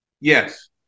Yes